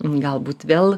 galbūt vėl